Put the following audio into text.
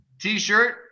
t-shirt